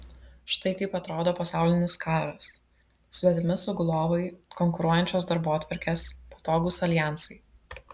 štai kaip atrodo pasaulinis karas svetimi sugulovai konkuruojančios darbotvarkės patogūs aljansai